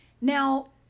Now